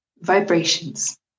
vibrations